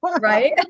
right